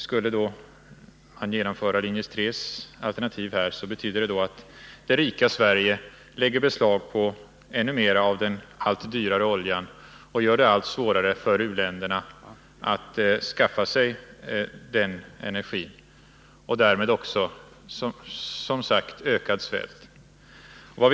Skulle man genomföra linje 3:s alternativ, skulle det betyda att det rika Sverige lägger beslag på ännu mera av den allt dyrare oljan och gör det allt svårare för u-länderna att skaffa sig energi. Därmed blir det också, som sagt, en värre svält.